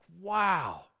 wow